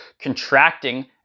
contracting